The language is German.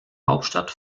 hauptstadt